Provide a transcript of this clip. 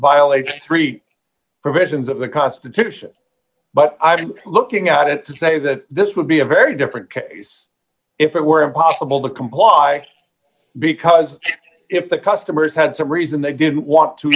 violates three provisions of the constitution but i'm looking at it to say that this would be a very different case if it were impossible to comply because if the customers had some reason they didn't want to